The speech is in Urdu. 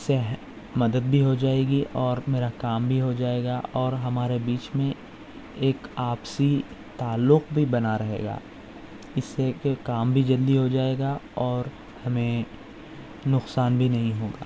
سے مدد بھی ہو جائے گی اور میرا کام بھی ہو جائے گا اور ہمارے بیچ میں ایک آپسی تعلق بھی بنا رہے گا اس سے کہ کام بھی جلدی ہو جائے گا اور ہمیں نقصان بھی نہیں ہوگا